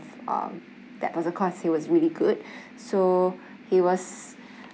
um that person cause he was really good so he was